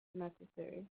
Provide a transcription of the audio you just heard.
necessary